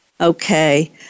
Okay